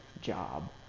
job